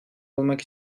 olmak